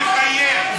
זה 100 עובדים מחייב,